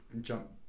jump